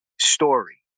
story